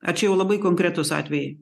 ar čia jau labai konkretūs atvejai